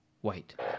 white